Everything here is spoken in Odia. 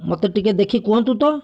ମୋତେ ଟିକେ ଦେଖି କୁହନ୍ତୁ ତ